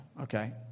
Okay